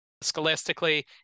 scholastically